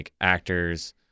actors